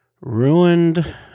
Ruined